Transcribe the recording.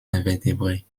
invertébrés